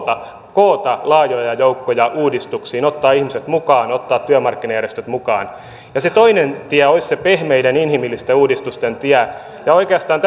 koota laajoja joukkoja uudistuksiin ottaa ihmiset mukaan ottaa työmarkkinajärjestöt mukaan toinen tie olisi se pehmeiden inhimillisten uudistusten tie oikeastaan